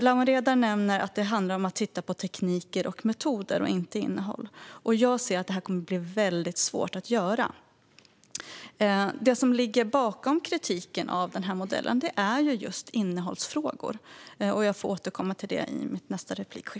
Lawen Redar nämner att det handlar om att titta på tekniker och metoder, inte innehåll. Jag ser att detta kommer att bli väldigt svårt att göra. Det som ligger bakom kritiken av modellen är just innehållsfrågor. Jag återkommer lite mer om det i min nästa replik.